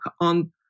on